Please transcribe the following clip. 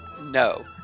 No